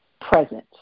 present